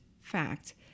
fact